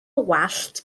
wallt